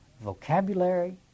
vocabulary